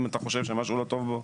אם אתה חושב שמשהו לא טוב בו?